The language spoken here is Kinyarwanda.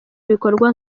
ibikorwa